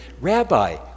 Rabbi